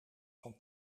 van